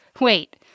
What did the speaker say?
wait